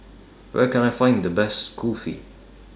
Where Can I Find The Best Kulfi